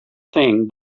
thing